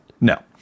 No